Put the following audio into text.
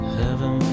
heaven